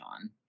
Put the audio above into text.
on